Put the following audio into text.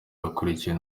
akurikiwe